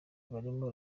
barimo